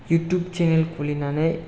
YouTube channel खुलिनानै